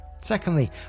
Secondly